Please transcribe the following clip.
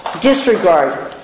disregard